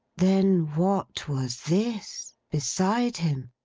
then what was this, beside him!